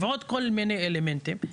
ועוד כל מיני אלמנטים.